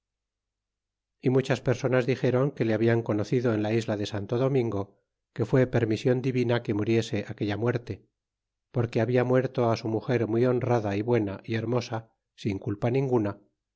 y muchas personas dixeron que le habían conocido en la isla de santo domingo que fué permision divina que muriese aquella muerte porque habia muerto su muger muy honrada y buena y hermosa sin culpa ninguna